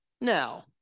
Now